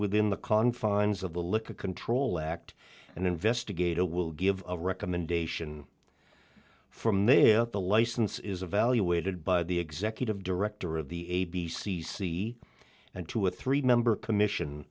within the confines of the liquor control act and investigator will give a recommendation from there at the license is evaluated by the executive director of the a b c c and to a three member commission